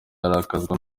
arakazwa